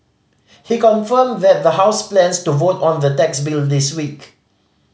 he confirmed that the House plans to vote on the tax bill this week